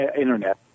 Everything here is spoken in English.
Internet